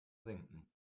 sinken